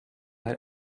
hij